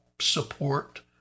Support